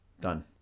Done